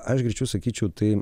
aš greičiau sakyčiau tai